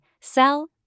sell